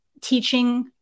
teaching